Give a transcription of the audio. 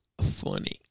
funny